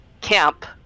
camp